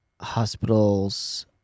hospitals